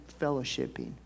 fellowshipping